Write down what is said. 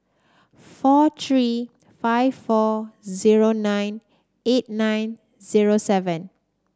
four three five four zero nine eight nine zero seven